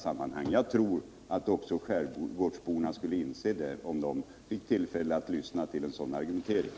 Jag tror att också skärgårdsborna skulle inse det, om de fick tillfälle att lyssna till en sådan argumentering.